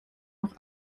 noch